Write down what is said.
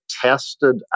tested